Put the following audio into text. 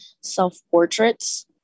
self-portraits